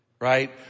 right